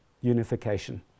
unification